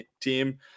team